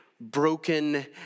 broken